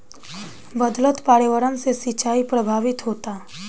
बदलत पर्यावरण से सिंचाई प्रभावित होता